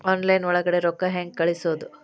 Online ಒಳಗಡೆ ರೊಕ್ಕ ಹೆಂಗ್ ಕಳುಹಿಸುವುದು?